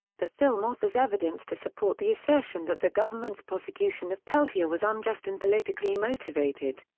the film offers evidence to support the assertion that the government's prosecution of peltier was unjust and politically motivated.